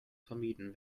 vermieden